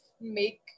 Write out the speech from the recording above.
make